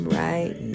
right